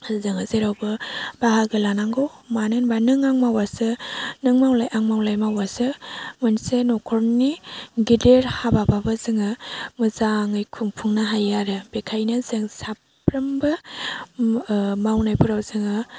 जोङो जेरावबो बाहागो लानांगौ मानो होनबा नों आं मावबासो नों मावलाय आं मावलाय मावबासो मोनसे न'खरनि गेदेर हाबाबाबो जोङो मोजाङै खुफुंनो हायो आरो बेखायनो जों साफ्रोमबो मावनायफोराव जोङो